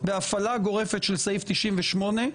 בהפעלה גורפת של סעיף 98,